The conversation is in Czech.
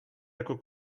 jako